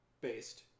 Based